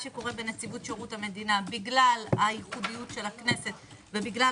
שקורה בנציבות שירות המדינה בגלל הייחודיות של הכנסת ובגלל